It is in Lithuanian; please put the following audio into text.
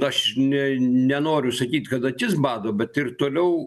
aš ne nenoriu sakyt kad akis bado bet ir toliau